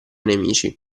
nemici